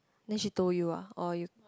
then she told you ah or you